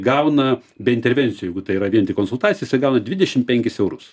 gauna be intervencijų jeigu tai yra vien tik konsultacija jisai gauna dvidešim penkis eurus